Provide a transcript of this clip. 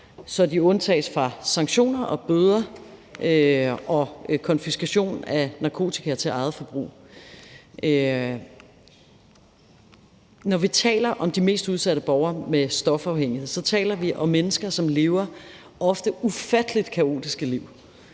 så de undtages fra sanktioner og bøder og konfiskation af narkotika til eget forbrug. Når vi taler om de mest udsatte borgere med stofafhængighed, taler vi om mennesker, som lever ofte ufattelig kaotiske liv,